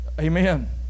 Amen